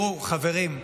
ראו, חברים,